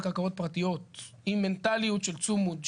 קרקעות פרטיות עם מנטליות של צומוד,